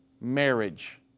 marriage